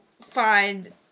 find